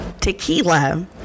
Tequila